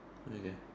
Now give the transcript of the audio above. okay